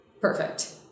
perfect